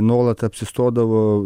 nuolat apsistodavo